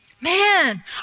Man